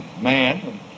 man